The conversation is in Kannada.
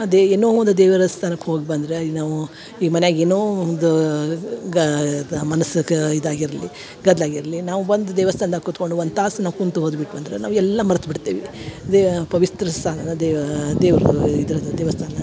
ಅದೆ ಏನ್ನೋ ಒಂದು ದೇವರಸ್ಥಾನಕ್ಕ ಹೋಗ್ಬಂದರೆ ನಾವು ಈ ಮನ್ಯಾಗ ಏನೋ ಒಂದು ಗಾದ ಮನಸಗೆ ಇದಾಗಿರಲಿ ಗದ್ಲಾಗ ಇರಲಿ ನಾವು ಬಂದು ದೇವಸ್ಥಾನ್ದಾಗ ಕೂತ್ಕೊಂಡು ಒಂದು ತಾಸು ನಾವು ಕುಂತು ಹೋದು ಬಿಟ್ವಂದ್ರ ನಾವು ಎಲ್ಲ ಮರ್ತು ಬಿಡ್ತೇವಿ ದೇ ಪವಿತ್ರ ಸ್ಥಾನ ದೇವಾ ದೇವರು ಇದರದ್ದು ದೇವಸ್ಥಾನ